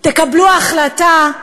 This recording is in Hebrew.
תקבלו החלטה,